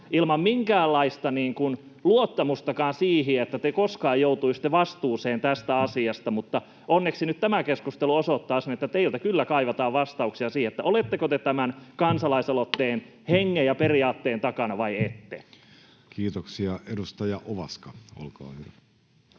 ilman minkäänlaista luottamustakaan siihen, että te koskaan joutuisitte vastuuseen tästä asiasta. Onneksi tämä keskustelu osoittaa sen, että teiltä kyllä kaivataan vastauksia siihen, oletteko te tämän kansalaisaloitteen hengen ja periaatteen takana vai ette. Kiitoksia. — Edustaja Ovaska, olkaa hyvä.